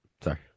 Sorry